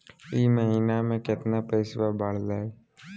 ई महीना मे कतना पैसवा बढ़लेया?